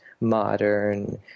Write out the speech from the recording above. modern